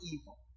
evil